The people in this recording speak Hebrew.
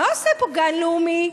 מה עושה פה גן לאומי?